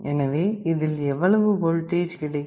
எனவே இதில் எவ்வளவு வோல்டேஜ் கிடைக்கும்